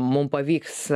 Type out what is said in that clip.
mum pavyks